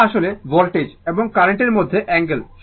θ আসলে ভোল্টেজ এবং কারেন্টের মধ্যে অ্যাঙ্গেল